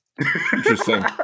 interesting